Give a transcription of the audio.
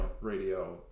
Radio